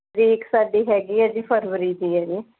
ਤਰੀਕ ਸਾਡੀ ਹੈਗੀ ਹੈ ਜੀ ਫਰਵਰੀ ਦੀ ਹੈ ਜੀ